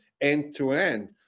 end-to-end